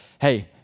hey